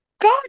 God